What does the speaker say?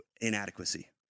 inadequacy